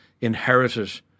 inherited